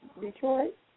Detroit